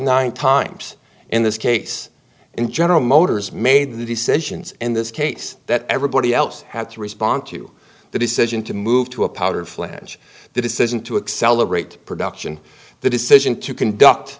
nine times in this case and general motors made the decisions in this case that everybody else had to respond to the decision to move to a powder flash the decision to accelerate production the decision to conduct